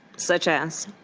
such as?